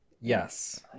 Yes